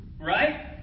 Right